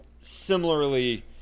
similarly